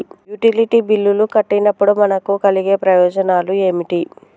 Utility బిల్లులు కట్టినప్పుడు మనకు కలిగే ప్రయోజనాలు ఏమిటి?